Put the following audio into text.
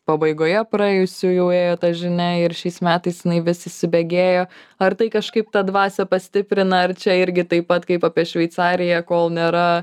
pabaigoje praėjusiųjų ėjo ta žinia ir šiais metais jinai vis įsibėgėjo ar tai kažkaip tą dvasią pastiprina ar čia irgi taip pat kaip apie šveicariją kol nėra